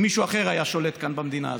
מישהו אחר היה שולט כאן במדינה הזאת.